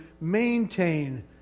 maintain